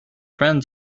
friends